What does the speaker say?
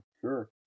sure